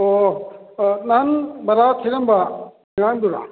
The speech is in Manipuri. ꯑꯣ ꯅꯍꯥꯟ ꯚꯔꯥ ꯊꯤꯔꯝꯕ ꯑꯉꯥꯡꯗꯨꯔꯥ